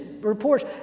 reports